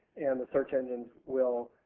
and the search engines will